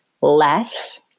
less